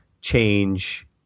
change